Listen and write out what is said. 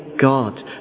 God